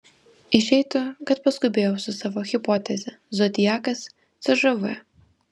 išeitų kad paskubėjau su savo hipoteze zodiakas cžv